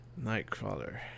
Nightcrawler